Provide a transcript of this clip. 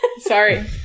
Sorry